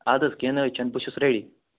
اَدٕ حظ کیٚنٛہہ نہٕ حظ چھُنہٕ بہٕ چھُس ریڈی